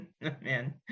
Man